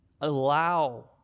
allow